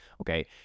Okay